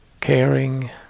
caring